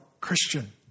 Christian